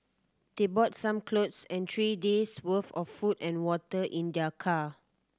they brought some clothes and three days' worth of food and water in their car